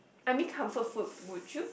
any comfort food would you